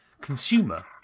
consumer